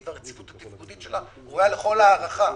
והרציפות התפקודית שלה ראויה לכל הערכה.